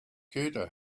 ceuta